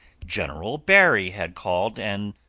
general barry had called and,